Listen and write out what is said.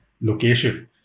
location